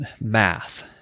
math